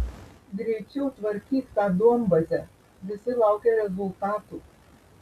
greičiau tvarkyk tą duombazę visi laukia rezultatų